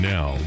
Now